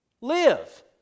live